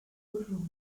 burrone